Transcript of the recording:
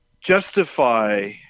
justify